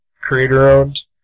creator-owned